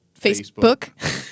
Facebook